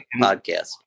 podcast